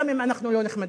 גם אם אנחנו לא נחמדים,